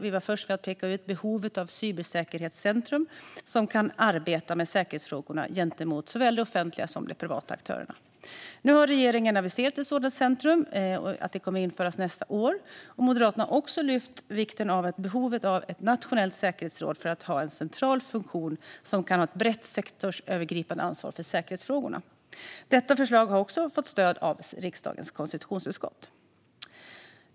Vi var först med att peka ut behovet av cybersäkerhetcentrum som kan arbeta med säkerhetsfrågorna gentemot såväl det offentliga som de privata aktörerna. Nu har regeringen aviserat att ett sådant centrum kommer att införas nästa år. Moderaterna har också lyft fram behovet av ett nationellt säkerhetsråd för att ha en central funktion som kan ta ett brett sektorsövergripande ansvar för säkerhetsfrågorna. Detta förslag har också fått stöd av riksdagens konstitutionsutskott.